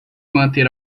manter